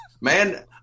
man